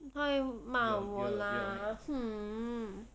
她会骂我 lah hmm